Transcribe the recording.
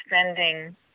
spending